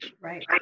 Right